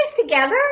together